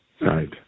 Right